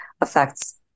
affects